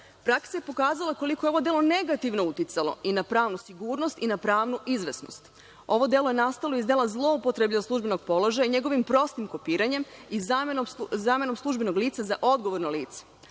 Praksa je pokazala koliko je ovo delo negativno uticalo i na pravnu sigurnost i na pravnu izvesnost. Ovo delo je nastalo iz dela zloupotrebe službenog položaja i njegovim prostim kopiranjem i zamenom „službenog lica“ za „odgovorno lice“.